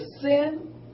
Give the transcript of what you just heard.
sin